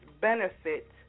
benefit